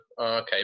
okay